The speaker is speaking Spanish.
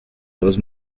dos